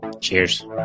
Cheers